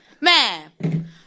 Man